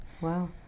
Wow